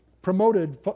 promoted